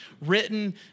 Written